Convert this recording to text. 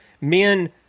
men